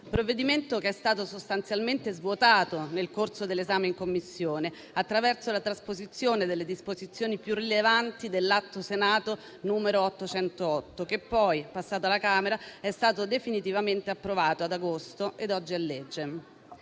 provvedimento, che è stato sostanzialmente svuotato nel corso dell'esame in Commissione attraverso la trasposizione delle disposizioni più rilevanti dell'Atto Senato n. 808, che poi, passato alla Camera, è stato definitivamente approvato ad agosto ed oggi è legge.